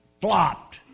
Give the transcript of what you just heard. flopped